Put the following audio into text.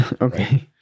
Okay